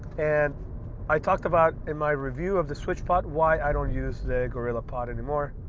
and i talked about in my review of the switchpod why i don't use the gorillapod anymore.